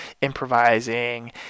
improvising